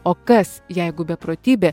o kas jeigu beprotybė